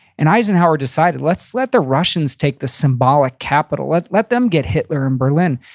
and eisenhower decided, let's let the russians take the symbolic capital. let them get hitler in berlin.